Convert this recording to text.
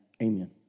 amen